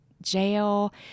jail